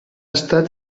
estat